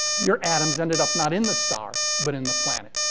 your atoms ended up, not in the star, but in the planet.